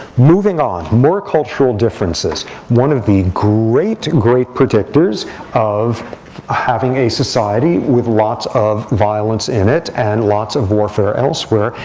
moving on, more cultural differences one of the great, great predictors of having a society with lots of violence in it, and lots of warfare elsewhere,